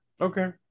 okay